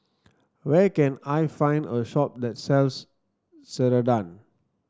where can I find a shop that sells Ceradan